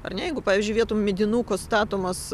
ar ne jeigu pavyzdžiui vietoj medinuko statomas